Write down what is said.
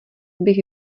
bych